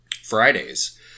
Fridays